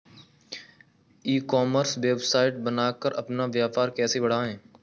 E commerce website बनाकर अपना व्यापार कैसे बढ़ाएँ?